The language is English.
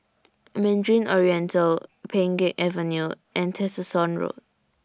Mandarin Oriental Pheng Geck Avenue and Tessensohn Road